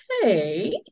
okay